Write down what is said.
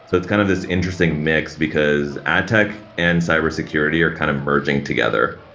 so it's kind of this interesting mix, because ad tech and cyber security are kind of merging together.